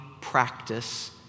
practice